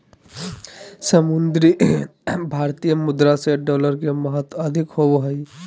भारतीय मुद्रा से डॉलर के महत्व अधिक होबो हइ